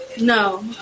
No